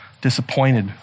disappointed